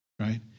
right